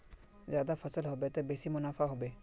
ज्यादा फसल ह बे त बेसी मुनाफाओ ह बे